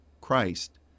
Christ